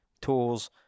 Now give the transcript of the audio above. Tools